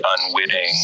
unwitting